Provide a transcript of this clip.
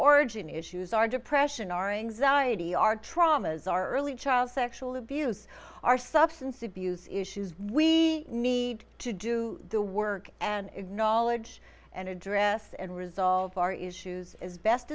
origin issues our depression or anxiety our traumas our early child sexual abuse our substance abuse issues we need to do the work and acknowledge and address and resolve our issues as best